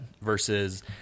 Versus